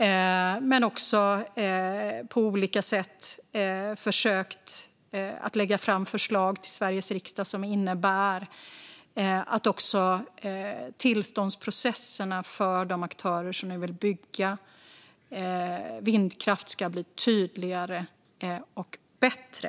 Vi har också på olika sätt försökt att lägga fram förslag till Sveriges riksdag som innebär att tillståndsprocesserna för de aktörer som nu vill bygga vindkraft ska bli tydligare och bättre.